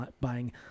buying